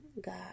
God